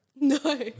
No